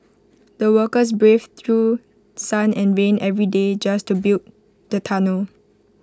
the workers braved through sun and rain every day just to build the tunnel